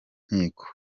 nkiko